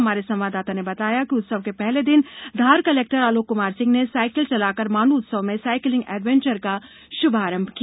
हमारे संवाददाता ने बताया है कि उत्सव के पहले दिन धार कलेक्टर आलोक क्मार सिंह ने साईकिल चला कर मांधू उत्सव में साईकिलिंग ए वेंचर का श्भारंभ किया